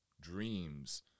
dreams